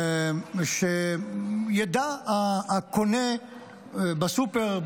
שידע הקונה בסופר,